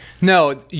no